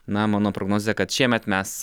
na mano prognozė kad šiemet mes